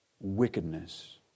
wickedness